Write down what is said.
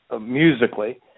musically